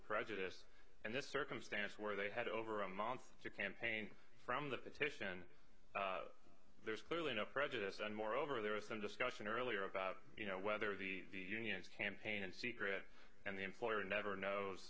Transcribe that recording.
prejudice and this circumstance where they had over a month to campaign from the petition there's clearly no prejudice and moreover there was some discussion earlier about you know whether the unions campaign in secret and the employer never knows